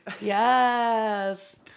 Yes